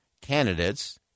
candidates